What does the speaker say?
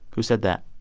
who said that?